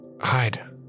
hide